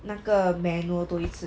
那个 manual 多一次